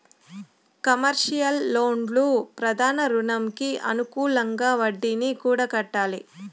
commercial లోన్లు ప్రధాన రుణంకి అనుకూలంగా వడ్డీని కూడా కట్టాలి